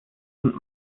und